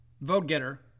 vote-getter